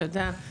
תודה.